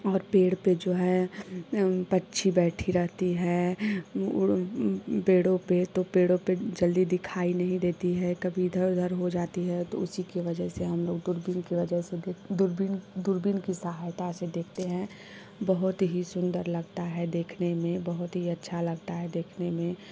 और पेड़ पर जो है पक्षी बैठी रहती है वह पेड़ो पर तो पेड़ो पर जल्दी दिखाई नहीं देती है कभी इधर उधर हो जाती है तो उसी के वजह से हम लोग दूरबीन के वजह से दूरबीन दूरबीन की सहायता से देखते हैं बहुत ही सुन्दर लगता है देखने में बहुत ही अच्छा लगता है देखने में